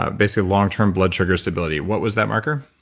ah basically long-term blood sugar stability. what was that marker?